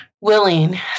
willing